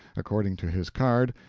according to his card,